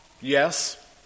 Yes